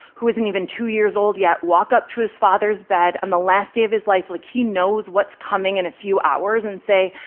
who isn't even two years old yet, walk up to his father's bed on the last day of his life, like he knows what's coming in a few hours, and say,